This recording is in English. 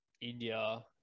India